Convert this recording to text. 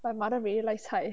my mother really likes 菜